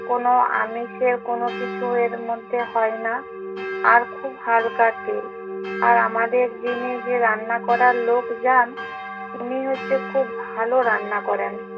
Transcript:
কোনো আমিষের কোনো কিছু এর মধ্যে হয় না আর খুব হালকা তেল আর আমাদের যিনি যে রান্না করার লোক যান উনি হচ্ছে খুব ভালো রান্না করেন